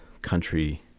country